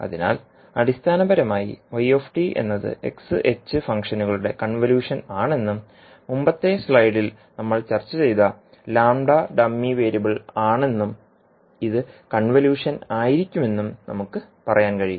അതിനാൽ അടിസ്ഥാനപരമായി എന്നത് xh ഫംഗ്ഷനുകളുടെ കൺവല്യൂഷൻ ആണെന്നും മുമ്പത്തെ സ്ലൈഡിൽ നമ്മൾ ചർച്ച ചെയ്ത ഡമ്മി വേരിയബിൾ ആണെന്നും ഇത് കൺവല്യൂഷൻ ആയിരിക്കും എന്നും നമുക്ക് പറയാൻ കഴിയും